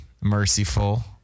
merciful